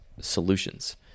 solutions